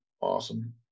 awesome